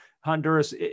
Honduras